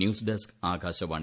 news desk Akashvani